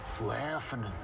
laughing